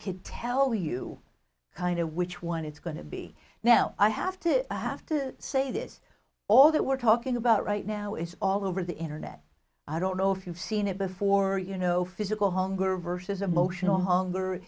could tell you kind of which one it's going to be now i have to i have to say this all that we're talking about right now it's all over the internet i don't know if you've seen it before you know physical homegirl versus a motional honker